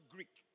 Greek